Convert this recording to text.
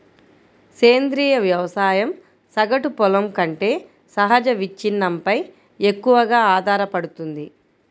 సేంద్రీయ వ్యవసాయం సగటు పొలం కంటే సహజ విచ్ఛిన్నంపై ఎక్కువగా ఆధారపడుతుంది